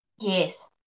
Yes